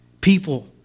people